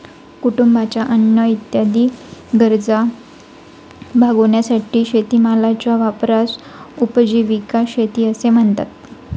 कुटुंबाच्या अन्न इत्यादी गरजा भागविण्यासाठी शेतीमालाच्या वापरास उपजीविका शेती असे म्हणतात